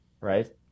right